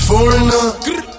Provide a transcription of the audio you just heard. Foreigner